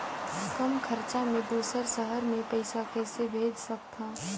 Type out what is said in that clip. कम खरचा मे दुसर शहर मे पईसा कइसे भेज सकथव?